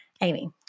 Amy